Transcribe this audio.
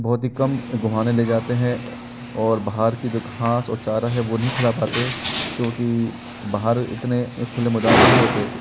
बहुत ही कम घूमाने ले जाते हैं और बाहर की जो घास और चारा है वो नहीं खिला पाते क्योंकि बाहर इतने खुले मैदान नहीं होते